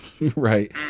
Right